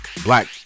Black